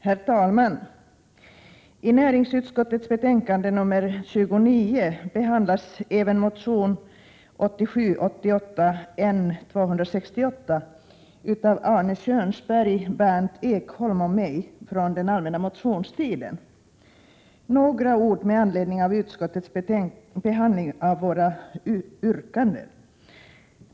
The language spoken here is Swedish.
Herr talman! I näringsutskottets betänkande nr 29 behandlas bl.a. motion N268 av Arne Kjörnsberg, Berndt Ekholm och mig från den allmänna motionstiden. Jag vill säga några ord med anledning av utskottets behandling av våra yrkanden.